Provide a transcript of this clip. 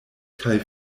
kaj